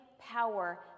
power